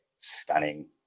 stunning